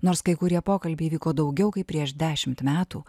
nors kai kurie pokalbiai vyko daugiau kaip prieš dešimt metų